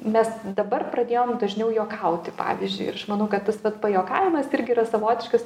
mes dabar pradėjom dažniau juokauti pavyzdžiui ir aš manau kad tas vat pajuokavimas irgi yra savotiškas